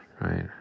right